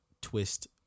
twist